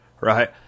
Right